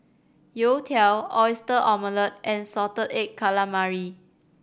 youtiao Oyster Omelette and salted egg calamari